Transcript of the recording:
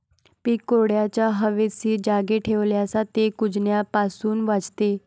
पीक कोरड्या, हवेशीर जागी ठेवल्यास ते कुजण्यापासून वाचते